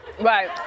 Right